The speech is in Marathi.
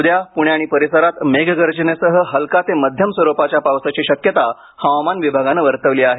उद्या पुणे आणि परिसरात मेघगर्जनेसह हलका ते माध्यम स्वरूपाच्या पावसाची शक्यता हवामान विभागान वर्तवली आहे